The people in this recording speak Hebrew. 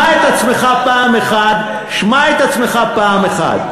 שמע את עצמך פעם אחת, שמע את עצמך פעם אחת.